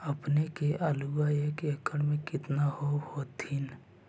अपने के आलुआ एक एकड़ मे कितना होब होत्थिन?